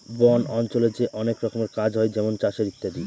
বন অঞ্চলে যে অনেক রকমের কাজ হয় যেমন চাষের ইত্যাদি